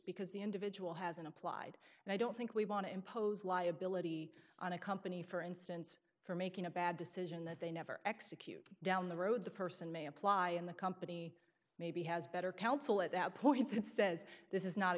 because the individual has an implied and i don't think we want to impose liability on a company for instance for making a bad decision that they never execute down the road the person may apply in the company maybe has better counsel at that point and says this is not a